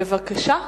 בבקשה.